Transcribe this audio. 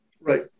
Right